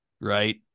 right